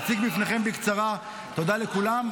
אציג בפניכם בקצרה, תודה לכולם.